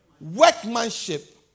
Workmanship